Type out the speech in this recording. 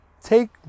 take